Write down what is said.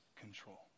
control